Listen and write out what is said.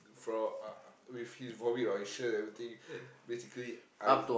from uh with his vomit on his shirt everything basically I